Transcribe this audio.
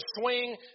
swing